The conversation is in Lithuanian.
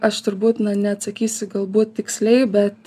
aš turbūt neatsakysiu galbūt tiksliai bet